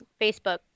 Facebook